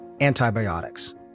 antibiotics